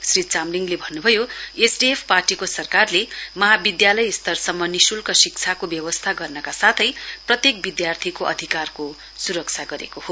श्री चामलिङले भन्नुभयो एसडीएफ पार्टीको सरकारले महाविद्यालय स्तरसम्म निशुल्क शिक्षाको व्यवस्था गर्नका साथै प्रत्येक विद्यार्थीको अधिकारको सुरक्षा गरेको हो